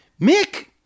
Mick